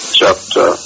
chapter